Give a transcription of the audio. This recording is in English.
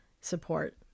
support